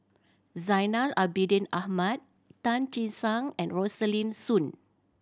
Zainal Abidin Ahmad Tan Che Sang and Rosaline Soon